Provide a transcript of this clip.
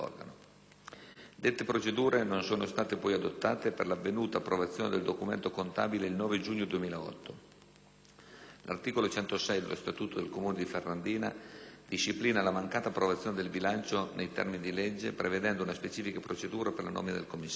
Dette procedure non sono state poi adottate per l'avvenuta approvazione dei documenti contabili il 9 giugno 2008. L'articolo 106 dello Statuto del Comune di Ferrandina disciplina la mancata approvazione dei bilanci nei termini di legge, prevedendo una specifica procedura per la nomina del commissario.